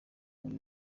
nkuru